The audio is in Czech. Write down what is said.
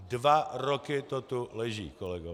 Dva roky to tu leží, kolegové.